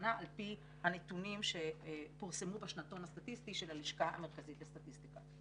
שנה על פי הנתונים שפורסמו בשנתון הסטטיסטי של הלשכה המרכזית לסטטיסטיקה.